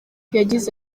yagize